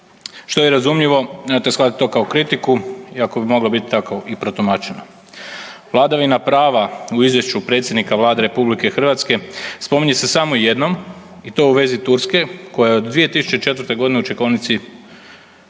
što je i razumljivo. Nemojte to shvatiti kao kritiku iako bi moglo biti tako i protumačeno. Vladavina prava u izvješću predsjednika Vlade RH spominje se samo jednom i to u vezi Turske koja je od 2004.g. u čekaonici